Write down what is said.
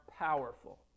powerful